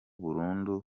burundu